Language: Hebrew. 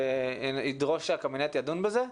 שידרוש שהקבינט ידון בזה?